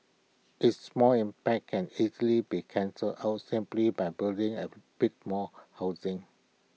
its small impact can easily be cancelled out simply by building A bit more housing